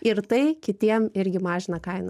ir tai kitiem irgi mažina kainą